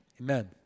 amen